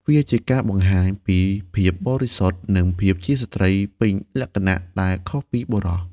វាជាការបង្ហាញពីភាពបរិសុទ្ធ និងភាពជាស្ត្រីពេញលក្ខណៈ ដែលខុសពីបុរស។